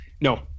No